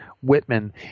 Whitman